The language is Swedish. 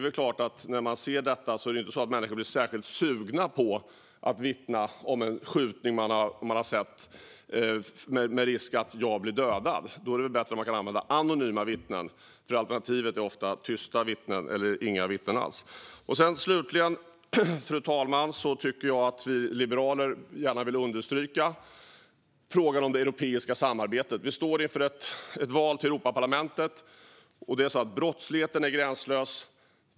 När människor ser detta är det klart att de inte blir särskilt sugna på att vittna om en skjutning de har sett, med risk att bli dödad. Då är det bättre om man kan använda anonyma vittnen, för alternativet är ofta tysta vittnen eller inga vittnen alls. Slutligen, fru talman, vill vi liberaler gärna understryka frågan om det europeiska samarbetet. Vi står inför ett val till Europaparlamentet. Brottsligheten är gränslös.